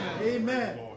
Amen